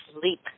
sleep